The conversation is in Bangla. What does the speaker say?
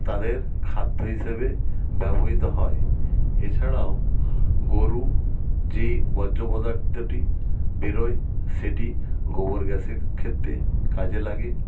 তাদের খাদ্য হিসেবে ব্যবহৃত হয় এছাড়াও গরু যেই বর্জ পদার্থটি বেরোয় সেটি গোবর গ্যাসের ক্ষেত্রে কাজে লাগে